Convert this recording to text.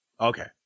Okay